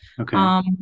Okay